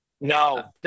No